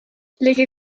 ligi